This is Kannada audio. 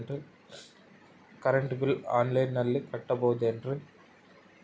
ಕರೆಂಟ್ ಬಿಲ್ಲು ಆನ್ಲೈನಿನಲ್ಲಿ ಕಟ್ಟಬಹುದು ಏನ್ರಿ?